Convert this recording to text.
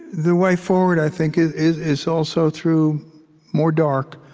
the way forward, i think, is is also through more dark.